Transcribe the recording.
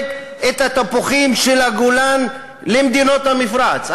את התפוחים של הגולן למדינות המפרץ.